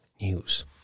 news